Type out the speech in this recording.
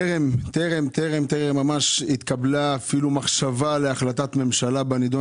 טרם התקבל אפילו מחשבה להחלטת ממשלה בנושא,